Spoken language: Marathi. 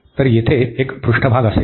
तर तेथे एक पृष्ठभाग असेल